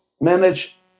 manage